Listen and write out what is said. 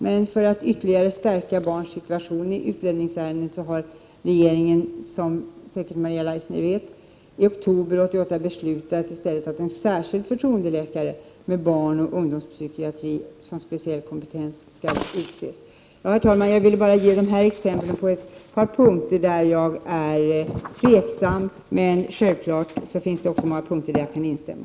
Men för att ytterligare stärka barns situation i utlänningsärenden har regeringen, som Maria Leissner säkert vet, i oktober 1988 beslutat att en särskild förtroendeläkare med barnoch ungdomspsykiatri som specialistkompetens skall utses. Herr talman! Jag vill bara ge dessa exempel på ett par punkter där jag är tveksam, men självfallet finns det många punkter där jag kan instämma.